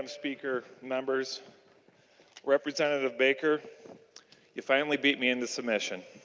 speaker. members representative baker you finally beat me into submission.